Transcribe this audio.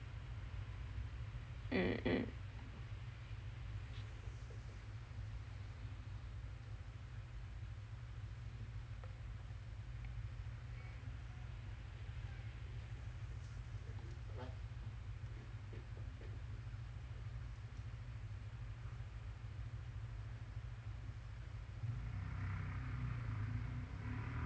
mm mm